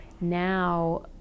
now